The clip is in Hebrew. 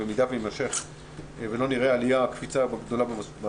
במידה ולא נראה קפיצה גדולה במספרים,